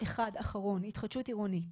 אחד אחרון והוא התחדשות עירונית.